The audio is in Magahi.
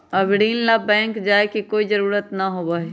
अब ऋण ला बैंक जाय के कोई जरुरत ना होबा हई